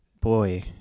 boy